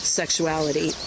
sexuality